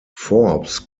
forbes